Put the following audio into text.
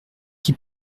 qui